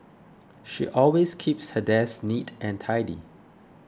she always keeps her desk neat and tidy